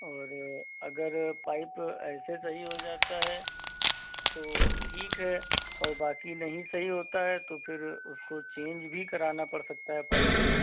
और अगर पाइप ऐसे सही हो जाता है तो ठीक है और बाकी नहीं सही होता है तो फिर उसको चेंज भी कराना पड़ सकता है पाइप को